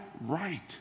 right